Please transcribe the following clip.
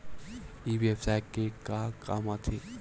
ई व्यवसाय का काम आथे?